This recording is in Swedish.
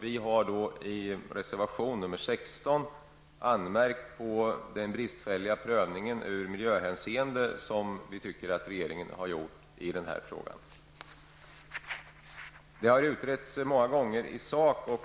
Vi har i reservation nr 16 anmärkt på den bristfälliga prövningen ur miljöhänseende från regeringen i denna fråga. Frågan har utretts många gånger i sak.